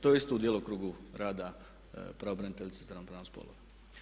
To je isto u djelokrugu rada pravobraniteljice za ravnopravnost spolova.